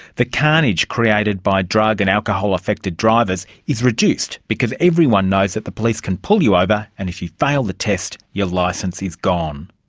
the carnage created by drug and alcohol affected drivers is reduced because everyone knows the police can pull you over, and if you fail the test your license is gone.